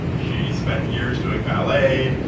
she spent years doing ballet.